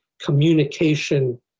communication